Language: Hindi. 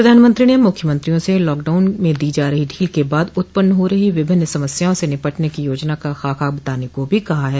प्रधानमंत्री ने मुख्यमंत्रियों से लॉकडाउन में दी जा रही ढील के बाद उत्पन्न हो रही विभिन्न समस्याओं से निपटने की योजना का खाका बताने को भी कहा है